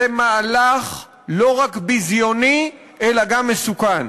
זה מהלך לא רק ביזיוני אלא גם מסוכן,